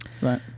Right